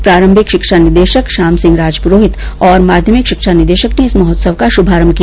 प्रारंभिक शिक्षा निदेशक श्याम सिंह राजपुरोहित और माध्यमिक शिक्षा निदेशक ने इस महोत्सव का श्भारंभ किया